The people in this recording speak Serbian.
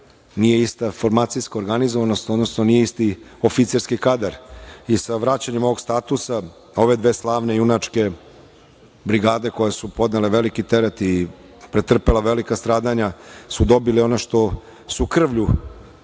nije ista formacijska organizovanost, odnosno nije isti oficirski kadar. Sa vraćanjem ovog statusa, ove dve slavne junačke brigade koje su podnele veliki teret i pretrpele velika stradanja su dobili ono što su krvlju